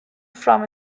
from